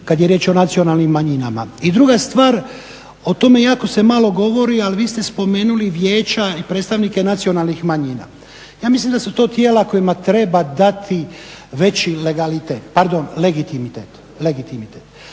kad je riječ o nacionalnim manjinama. I druga stvar o tome jako se malo govori ali vi ste spomenuli vijeća i predstavnike nacionalnih manjina. Ja mislim da su to tijela kojima treba dati veći legitimitet.